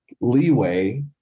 leeway